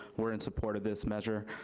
we're in support of this measure.